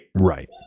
Right